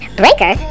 breaker